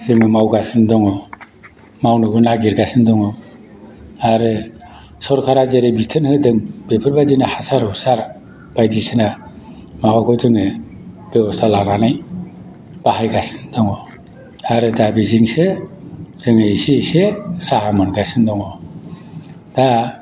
जोङो मावगासिनो दङ मावनोबो नागिरगासिनो दङ आरो सोरकारा जेरै बिथोन होदों बेफोरबायदिनो हासार हुसार बायदिसिना माबाखौ जोङो बेबस्ता लानानै बाहायगासिनो दङ आरो दा बेजोंसो जोङो एसे एसे राहा मोनगासिनो दङ दा